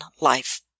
life